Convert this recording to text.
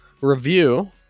review